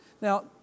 Now